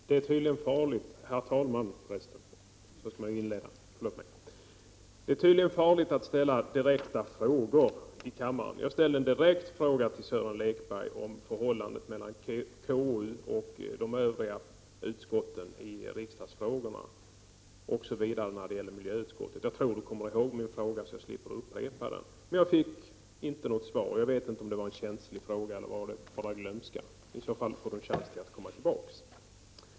Det är tydligen farligt — herr talman, förresten, så skall man ju inleda. Förlåt mig. Det tydligen farligt att ställa direkta frågor i kammaren. Jag ställde en direkt fråga till Sören Lekberg om förhållandet mellan KU och de övriga utskotten i riksdagsfrågorna osv. när det gäller miljöutskottet. Jag tror du kommer ihåg min fråga så jag slipper upprepa den. Men jag fick inte något svar. Jag vet inte om det var en känslig fråga, eller var det bara glömska? I så fall får du en chans till att komma tillbaks.